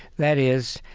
that is,